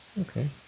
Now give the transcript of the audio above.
Okay